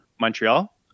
Montreal